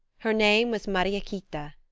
her name was mariequita.